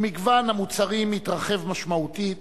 ומגוון המוצרים התרחב משמעותית,